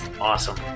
Awesome